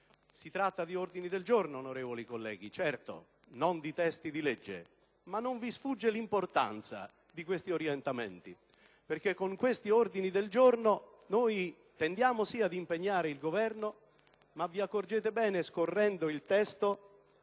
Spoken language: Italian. Si tratta di ordini del giorno, colleghi, e non di testi di legge. Ma non vi sfugga l'importanza di questi orientamenti, perché con questi ordini del giorno tendiamo, sì, ad impegnare il Governo ma vi accorgerete bene, scorrendo il testo,